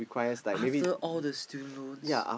after all the student loans